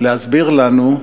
להסביר לנו,